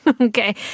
Okay